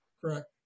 Correct